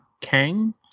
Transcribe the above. Kang